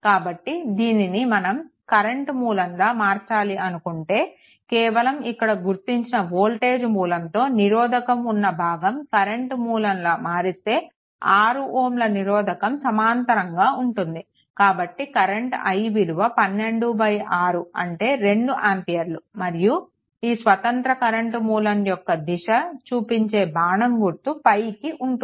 కాబట్టి దీనిని మనం కరెంట్ మూలంగా మార్చాలి అనుకుంటే కేవలం ఇక్కడ గుర్తించిన వోల్టేజ్ మూలంతో నిరోధకం ఉన్న భాగం కరెంట్ మూలంగా మారిస్తే 6Ω నిరోధకం సమాంతరంగా ఉంటుంది కాబట్టి కరెంట్ i విలువ 126 అంటే 2 ఆంపియర్లు మరియు ఈ స్వతంత్ర కరెంట్ మూలం యొక్క దిశ చూపించే బాణం గుర్తు పైకి ఉంటుంది